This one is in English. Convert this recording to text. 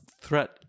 threat